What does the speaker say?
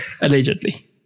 allegedly